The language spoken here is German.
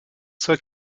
zur